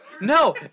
No